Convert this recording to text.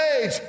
age